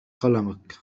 قلمك